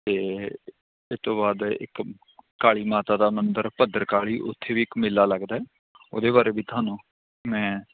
ਅਤੇ ਇਸ ਤੋਂ ਬਾਅਦ ਇੱਕ ਕਾਲੀ ਮਾਤਾ ਦਾ ਮੰਦਰ ਭੱਦਰ ਕਾਲੀ ਉੱਥੇ ਵੀ ਇੱਕ ਮੇਲਾ ਲੱਗਦਾ ਉਹਦੇ ਬਾਰੇ ਵੀ ਤੁਹਾਨੂੰ ਮੈਂ